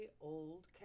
Old